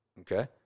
okay